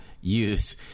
use